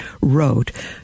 wrote